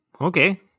Okay